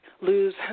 lose